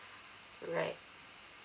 right